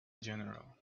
general